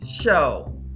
show